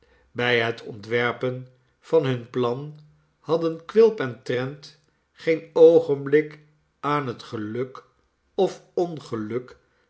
bij het ontwerpen van bun plan hadden quilp en trent geen oogenblik aan het geluk of ongeluk